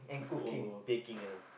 oh baking ah